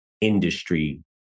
industry